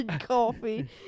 coffee